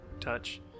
touch